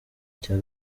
cya